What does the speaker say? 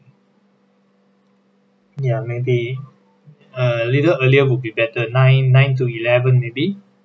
ya maybe uh little earlier will be better nine nine to eleven maybe